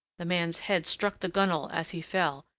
the man's head struck the gunwale as he fell,